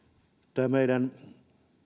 tämä meidän